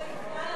יאללה.